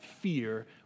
fear